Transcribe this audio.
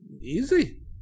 Easy